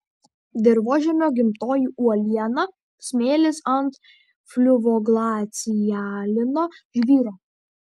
dirvožemio gimtoji uoliena smėlis ant fliuvioglacialinio žvyro